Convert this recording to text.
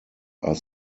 are